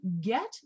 get